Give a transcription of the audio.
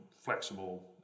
flexible